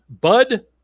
Bud